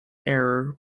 error